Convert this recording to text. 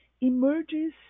emerges